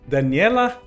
Daniela